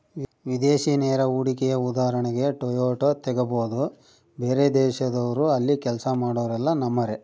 ವಿದೇಶಿ ನೇರ ಹೂಡಿಕೆಯ ಉದಾಹರಣೆಗೆ ಟೊಯೋಟಾ ತೆಗಬೊದು, ಬೇರೆದೇಶದವ್ರು ಅಲ್ಲಿ ಕೆಲ್ಸ ಮಾಡೊರೆಲ್ಲ ನಮ್ಮರೇ